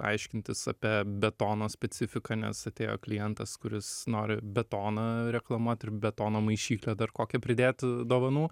aiškintis apie betono specifiką nes atėjo klientas kuris nori betoną reklamuot ir betono maišyklę dar kokią pridėt dovanų